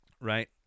right